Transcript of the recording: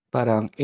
Parang